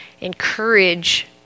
encourage